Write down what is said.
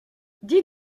dis